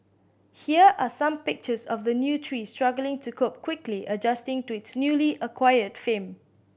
here are some pictures of the new tree struggling to cope quickly adjusting to its newly acquired fame